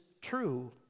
true